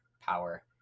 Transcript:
power